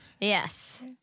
Yes